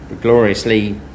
Gloriously